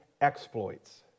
exploits